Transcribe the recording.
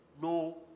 no